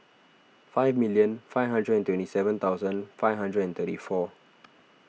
five million five hundred and twenty seven thousand five hundred and thirty four